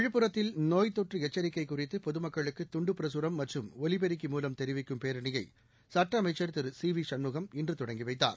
விழுப்புரத்தில் நோய் தொற்று எச்சரிக்கை குறித்து பொதுமக்களுக்கு துண்டு பிரசுரம் மற்றும் ஒலிபெருக்கி மூலம் தெரிவிக்கும் பேரணியை சட்ட அமைச்சர் திரு சி வி சண்முகம் இன்று தொடங்கி வைத்தார்